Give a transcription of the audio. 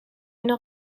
اینو